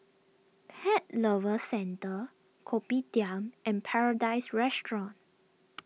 Pet Lovers Centre Kopitiam and Paradise Restaurant